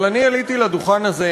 אבל אני עליתי לדוכן הזה,